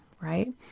right